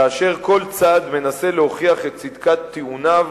כאשר כל צד מנסה להוכיח את צדקת טיעוניו